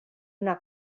una